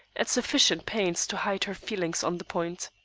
at sufficient pains to hide her feelings on the point.